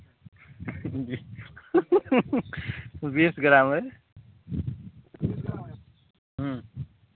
जी बीस ग्राम है